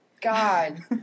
God